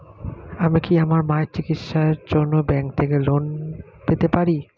আমি কি আমার মায়ের চিকিত্সায়ের জন্য ব্যঙ্ক থেকে লোন পেতে পারি?